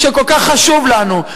שכל כך חשוב לנו.